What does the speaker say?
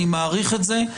אני מעריך את זה.